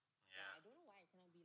yeah